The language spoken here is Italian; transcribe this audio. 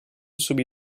subì